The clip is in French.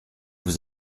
vous